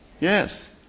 Yes